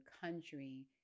country